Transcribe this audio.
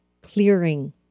clearing